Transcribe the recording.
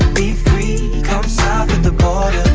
be free come south of the